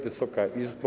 Wysoka Izbo!